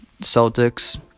Celtics